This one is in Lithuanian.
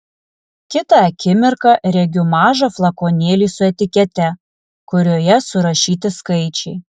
kitą akimirką regiu mažą flakonėlį su etikete kurioje surašyti skaičiai